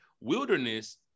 wilderness